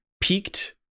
peaked